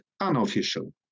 unofficial